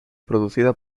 producida